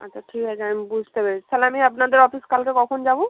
আচ্ছা ঠিক আছে আমি বুঝতে পেরেছি তাহলে আপনাদের অফিস কালকে কখন যাবো